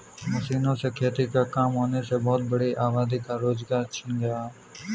मशीनों से खेती का काम होने से बहुत बड़ी आबादी का रोजगार छिन गया है